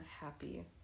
happy